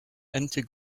into